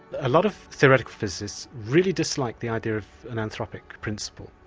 a lot of theoretical physicists really dislike the idea of an athropic principle.